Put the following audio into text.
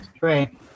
Right